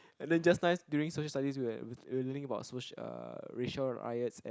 and then just nice during social studies we were like we were learning about uh racial riots and